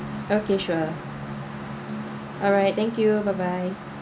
okay sure alright thank you bye bye